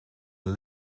een